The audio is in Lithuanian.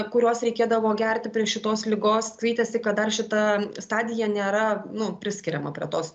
kuriuos reikėdavo gerti prie šitos ligos skaitėsi kad dar šita stadija nėra nu priskiriama prie tos